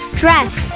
dress